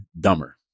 dumber